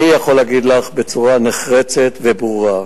אני יכול להגיד לך בצורה נחרצת וברורה: